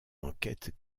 enquêtes